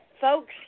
folks